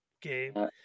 game